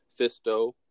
Fisto